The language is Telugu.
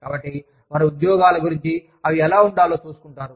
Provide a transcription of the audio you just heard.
కాబట్టి వారు ఉద్యోగాల గురించి అవి ఎలా ఉండాలో చూసుకుంటారు